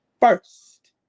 first